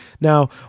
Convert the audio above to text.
Now